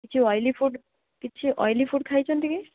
କିଛି oily food କିଛି oily food ଖାଇଛନ୍ତି କି